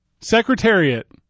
Secretariat